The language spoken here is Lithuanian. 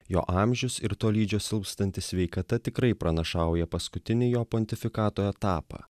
jo amžius ir tolydžio silpstanti sveikata tikrai pranašauja paskutinį jo pontifikato etapą